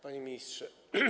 Panie Ministrze!